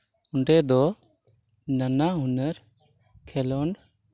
ᱚᱸᱰᱮ ᱫᱚ ᱱᱟᱱᱟᱦᱩᱱᱟᱹᱨ ᱠᱷᱮᱞᱳᱰ